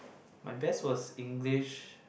my best was English